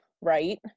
right